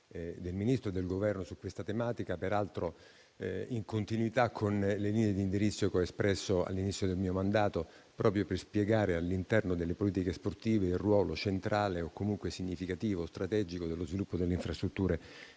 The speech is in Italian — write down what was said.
del Ministro e del Governo su questa tematica, peraltro in continuità con le linee di indirizzo che ho espresso all'inizio del mio mandato. Ciò al fine di spiegare, all'interno delle politiche sportive, il ruolo centrale, o comunque significativo e strategico, dello sviluppo di tutte le infrastrutture,